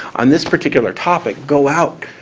on this particular topic, go out,